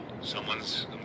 someone's